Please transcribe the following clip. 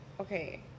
okay